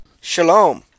Shalom